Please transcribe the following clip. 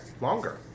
longer